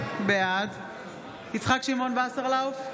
בעד יצחק שמעון וסרלאוף,